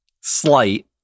Slight